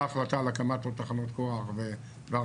החלטה על הקמת עוד תחנות כוח והרחבה,